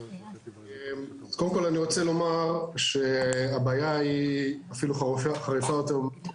קודם כל אני רוצה לומר שהבעיה היא אפילו חריפה יותר.